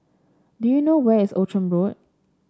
do you know where is Outram Road